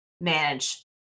manage